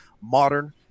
modern